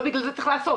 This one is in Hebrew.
לא בגלל זה צריך לעשות.